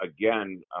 again